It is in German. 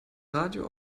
radio